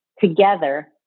together